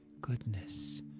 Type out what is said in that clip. goodness